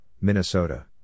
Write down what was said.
Minnesota